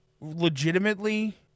legitimately